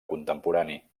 contemporani